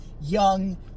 young